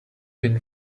been